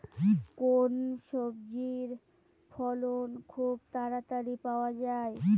কোন সবজির ফলন খুব তাড়াতাড়ি পাওয়া যায়?